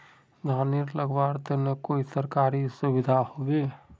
धानेर लगवार तने कोई सरकारी सुविधा होबे?